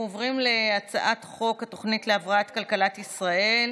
אנחנו עוברים להצעת חוק התוכנית להבראת כלכלת ישראל